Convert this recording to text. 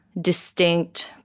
distinct